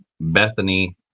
Bethany